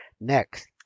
next